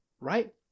right